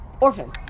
orphan